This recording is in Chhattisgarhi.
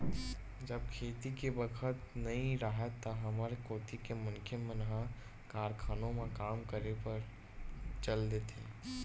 जब खेती के बखत नइ राहय त हमर कोती के मनखे मन ह कारखानों म काम करे ल चल देथे